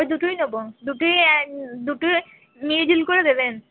দুটোই নেবো দুটোই দুটোই মিল জুল করে দেবেন